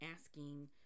asking